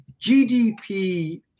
GDP